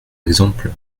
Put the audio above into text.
exemple